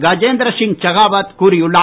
கஜேந்திரசிங் ஷெகாவத் கூறியுள்ளார்